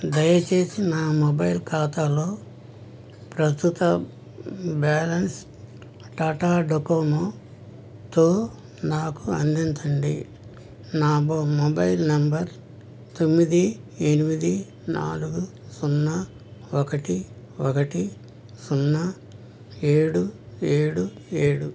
దయచేసి నా మొబైల్ ఖాతాలో ప్రస్తుత బ్యాలెన్స్ టాటా డోకోమోతో నాకు అందించండి నా బొ మొబైల్ నంబర్ తొమ్మిది ఎనిమిది నాలుగు సున్నా ఒకటి ఒకటి సున్నా ఏడు ఏడు ఏడు